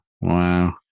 Wow